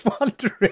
wondering